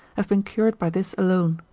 have been cured by this alone.